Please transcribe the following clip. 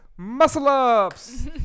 muscle-ups